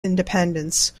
independence